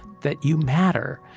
that you matter.